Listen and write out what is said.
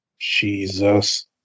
Jesus